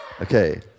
Okay